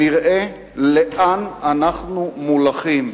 נראה לאן אנחנו מולכים,